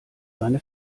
seine